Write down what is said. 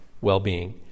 well-being